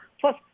Plus